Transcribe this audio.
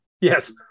Yes